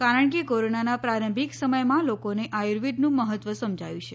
કારણકે કોરોનાનાં પ્રારંભિક સમયમાં લોકોને આયુર્વેદનું મહત્વ સમજાયું છે